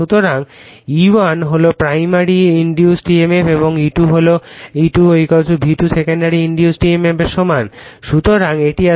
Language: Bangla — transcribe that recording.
সুতরাং তখন E1 হল প্রাইমারি ইনডিউসড emf এবং E2 হল E2 হল V2 সেকেণ্ডারি ইনডিউসড emf এর সমান